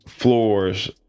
floors